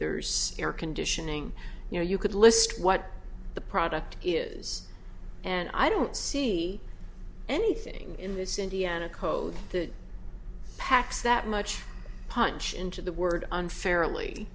there's air conditioning you know you could list what the product is and i don't see anything in this indiana code that packs that much punch into the word unfairly